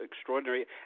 extraordinary